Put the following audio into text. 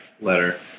letter